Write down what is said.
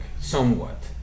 somewhat